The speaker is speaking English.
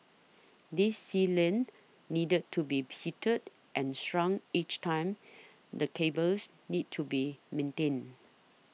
this sealant needed to be heated and shrunk each time the cables need to be maintained